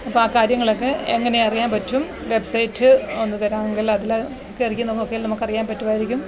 അപ്പം ആ കാര്യങ്ങളൊക്കെ എങ്ങനെ അറിയാന് പറ്റും വെബ്സൈറ്റ് ഒന്ന് തരാമെങ്കിൽ അതിൽ കയറിയൊന്ന് നോക്കിയാല് നമ്മൾക്കറിയാന് പറ്റുമായിരിക്കും